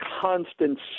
constant